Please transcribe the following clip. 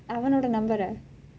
அவனுடைய:avanudaiya number